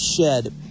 shed